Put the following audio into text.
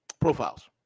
profiles